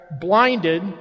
blinded